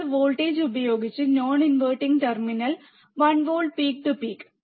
നിങ്ങൾ വോൾട്ടേജ് പ്രയോഗിച്ചു non inverting terminal one volt peak to peak